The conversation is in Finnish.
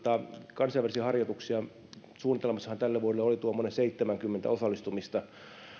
kansainvälisiä harjoituksiahan suunnitelmassa tälle vuodelle oli tuommoinen seitsemänkymmentä osallistumista